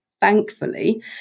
thankfully